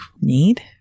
need